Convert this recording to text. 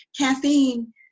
caffeine